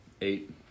Eight